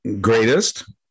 greatest